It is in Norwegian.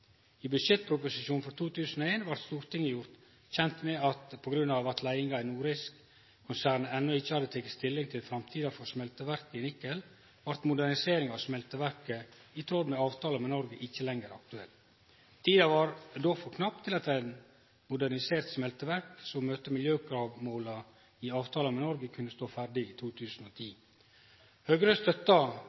I budsjettproposisjonen for 2010 blei Stortinget gjort kjent med at sidan leiinga i Norilsk-konsernet enno ikkje hadde teke stilling til framtida for smelteverket i Nikel, var modernisering av smelteverket, i tråd med avtalen med Noreg, ikkje lenger aktuelt. Tida var då for knapp til at eit modernisert smelteverk som møter miljømåla i avtala med Noreg, kunne stå ferdig i 2010. Høgre